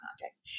context